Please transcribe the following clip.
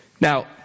Now